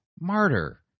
martyr